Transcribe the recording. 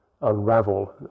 unravel